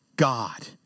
God